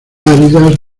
áridas